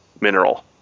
mineral